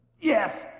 Yes